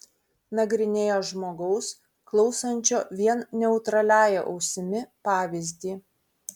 nagrinėjo žmogaus klausančio vien neutraliąja ausimi pavyzdį